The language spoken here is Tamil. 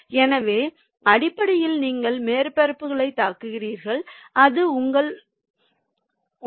எனவே அடிப்படையில் நீங்கள் மேற்பரப்புகளைத் தாக்குகிறீர்கள் அது உங்கள் உடைப்பு